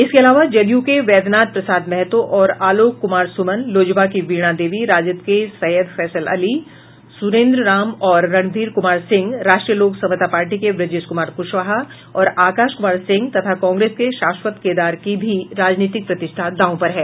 इसके अलावा जदयू के वैद्यनाथ प्रसाद महतो और आलोक कुमार सुमन लोजपा की वीणा देवी राजद के सैयद फैसल अली सु्रेंद्र राम और रणधीर कुमार सिंह राष्ट्रीय लोक समता पार्टी के ब्रजेश कुमार कुशवाहा और आकाश कुमार सिंह तथा कांग्रेस के शाश्वत केदार की भी राजनीतिक प्रतिष्ठा दांव पर है